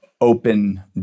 open